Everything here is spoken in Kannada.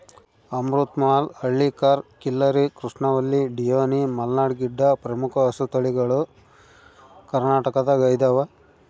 ಅಮೃತ ಮಹಲ್ ಹಳ್ಳಿಕಾರ್ ಖಿಲ್ಲರಿ ಕೃಷ್ಣವಲ್ಲಿ ಡಿಯೋನಿ ಮಲ್ನಾಡ್ ಗಿಡ್ಡ ಪ್ರಮುಖ ಹಸುತಳಿಗಳು ಕರ್ನಾಟಕದಗೈದವ